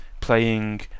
playing